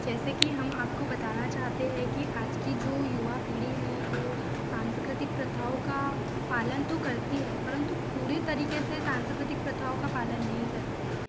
जैसे कि हम आपको बताना चाहते हैं कि आज की जो युवा पीढ़ी है वो सांस्कृतिक प्रथाओं का पालन तो करती हैं परंतु पूरे तरीक़े से सांस्कृतिक प्रथाओं का पालन नहीं करती है